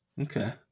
Okay